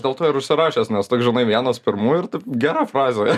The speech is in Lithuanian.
dėl to ir užsirašęs nes toks vienas pirmųjų ir taip gera frazė